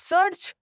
Search